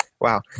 wow